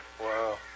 Wow